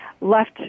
left